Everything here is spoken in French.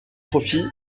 profits